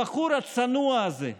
הבחור הצנוע הזה,